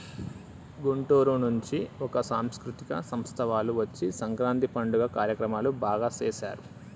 గుంటూరు నుంచి ఒక సాంస్కృతిక సంస్థ వాళ్ళు వచ్చి సంక్రాంతి పండుగ కార్యక్రమాలు బాగా సేశారు